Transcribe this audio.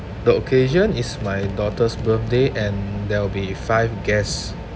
the occasion is my daughter's birthday and there will be five guest